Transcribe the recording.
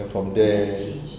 then from there